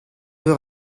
eur